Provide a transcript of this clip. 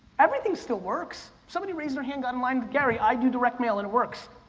everything still works, somebody raised their hand, got in line, gary i do direct mail, and it works.